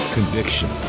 Conviction